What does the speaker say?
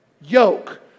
yoke